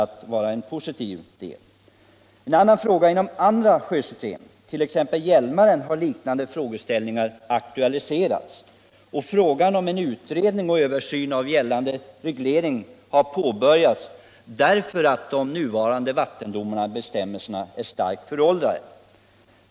Även beträffande andra sjösystem, t.ex. Hjälmaren, har liknande frågeställningar aktualiserats, och frågan om en utredning och översyn av gällande reglering har påbörjats, därför att de nuvarande vattendomarna och bestämmelserna är starkt föråldrade.